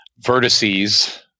vertices